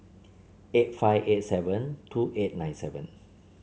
eight five eight seven two eight nine seven